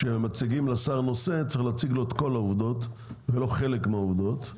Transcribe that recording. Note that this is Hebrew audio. כשמציגים לשר נושא צריך להציג לו את כל העובדות ולא חלק מהעובדות,